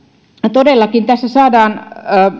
todellakin tässä saadaan